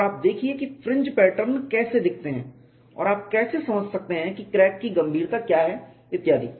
और आप देखिए कि फ्रिंज पैटर्न कैसे दिखते हैं और आप कैसे समझ सकते हैं क्रैक की गंभीरता क्या है इत्यादि